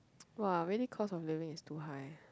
!wah! really cost of living is too high